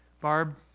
Barb